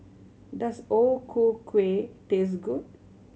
does O Ku Kueh taste good